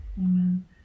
Amen